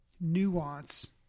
nuance